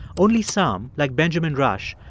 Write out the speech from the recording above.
only some, like benjamin rush,